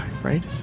Right